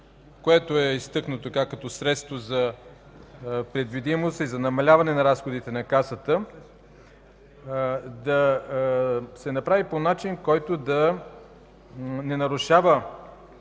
което е изтъкнато като средство за предвидимост и за намаляване на разходите на Касата, да се направи по начин, който да не нарушава